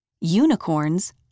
unicorns